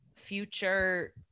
future